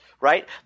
Right